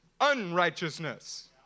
unrighteousness